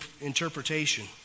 interpretation